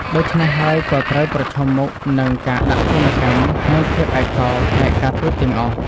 ដូច្នេះហើយក៏ត្រូវប្រឈមមុខនឹងការដាក់ទណ្ឌកម្ម និងភាពឯកោផ្នែកការទូតទាំងអស់ ។